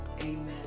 Amen